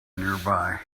nearby